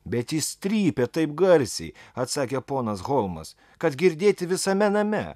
bet jis trypia taip garsiai atsakė ponas holmas kad girdėti visame name